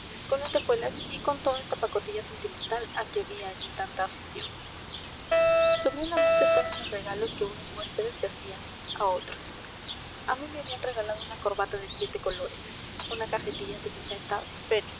con lentejuelas y con toda esa pacotilla sentimental a que había allí tanta afición sobre una mesa estaban los regalos que unos huéspedes se hacían a otros a mí me habían regalado una corbata de siete colores una cajetilla de sesenta